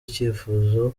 icyifuzo